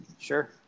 Sure